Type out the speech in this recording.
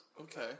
Okay